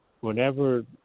whenever